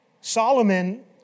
Solomon